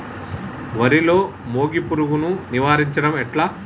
వరిలో మోగి పురుగును నివారించడం ఎట్లా?